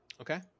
okay